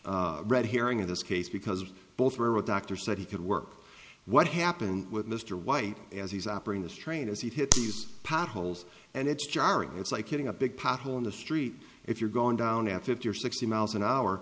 of red herring in this case because both were doctors said he could work what happened with mr white as he's operating this rain as he hit these potholes and it's jarring it's like hitting a big pot hole in the street if you're going down at fifty or sixty miles an hour